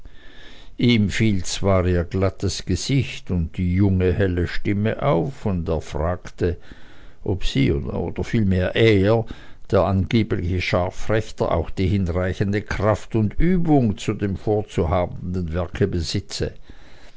ihm fiel zwar ihr glattes gesicht und die junge helle stimme auf und er fragte ob sie oder vielmehr er der angebliche scharfrichter auch die hinreichende kraft und übung zu dem vorhabenden werke besitze